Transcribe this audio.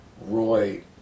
Roy